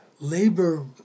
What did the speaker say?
Labor